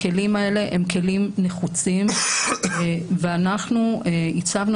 הכלים האלה הם כלים נחוצים ואנחנו הצבנו